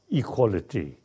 equality